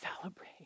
celebrate